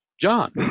John